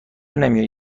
نمیایی